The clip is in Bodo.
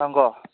नोंग'